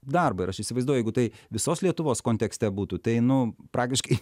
darbą ir aš įsivaizduoju jeigu tai visos lietuvos kontekste būtų tai nu praktiškai